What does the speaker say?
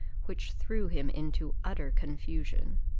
which threw him into utter confusion.